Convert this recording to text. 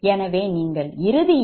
எனவே நீங்கள் இறுதியில் j0